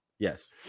Yes